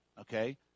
Okay